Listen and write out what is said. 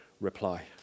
reply